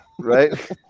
Right